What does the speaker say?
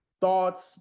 thoughts